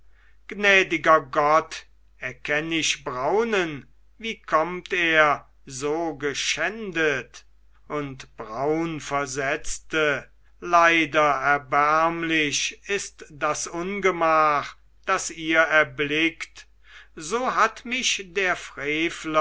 gnädiger gott erkenn ich braunen wie kommt er so geschändet und braun versetzte leider erbärmlich ist das ungemach das ihr erblickt so hat mich der frevler